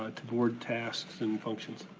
ah to board tasks and functions?